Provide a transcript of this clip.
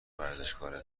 ورزشکاره